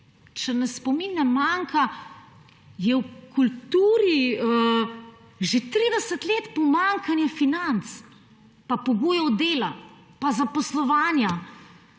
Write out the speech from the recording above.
če mi spomin ne manjka, je v kulturi že 30 let pomanjkanje financ pa pogojev dela pa zaposlovanja.